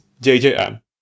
JJM